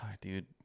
dude